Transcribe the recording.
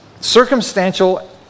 circumstantial